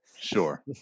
Sure